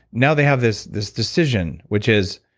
now they have this this decision, which is,